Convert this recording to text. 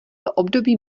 období